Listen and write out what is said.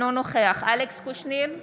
אינו נוכח אלכס קושניר,